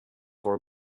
for